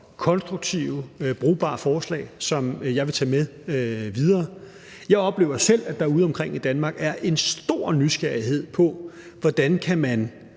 konstruktive, brugbare forslag, som jeg vil tage med videre. Jeg oplever selv, at der udeomkring i Danmark er en stor nysgerrighed, med hensyn